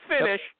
finish